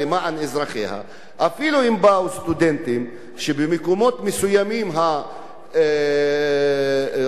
אפילו אם באו סטודנטים ממקומות מסוימים שרמת ההשכלה או